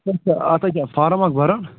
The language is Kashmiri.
اَتھ حظ چھُ فارم اَکھ بَرُن